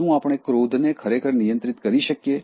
શું આપણે ક્રોધને ખરેખર નિયંત્રિત કરી શકીએ